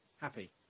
Happy